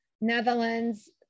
Netherlands